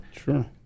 sure